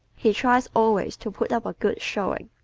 he tries always to put up a good showing.